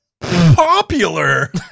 popular